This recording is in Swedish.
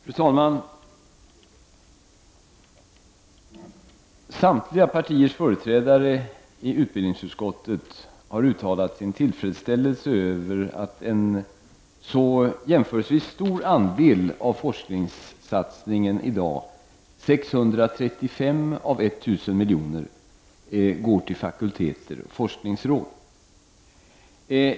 Fru talman! Samtliga partiers företrädare i utbildningsutskottet har uttalat sin tillfredsställelse över att en så jämförelsevis stor andel av forskningssatsningen i dag, 635 av 1000 milj.kr., går till fakulteter och forskningsråd.